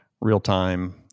real-time